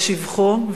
בשבחו,